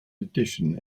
edition